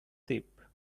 ship